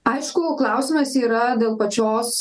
aišku klausimas yra dėl pačios